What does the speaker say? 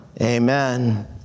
Amen